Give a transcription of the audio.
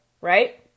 right